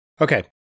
Okay